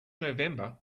november